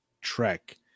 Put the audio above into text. Trek